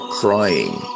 crying